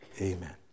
Amen